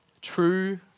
True